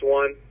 one